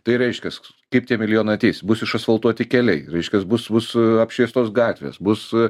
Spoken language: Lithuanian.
tai reiškias kaip tie milijonai ateis bus išasfaltuoti keliai reiškias bus bus a apšviestos gatvės bus a